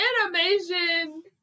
animation